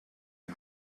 die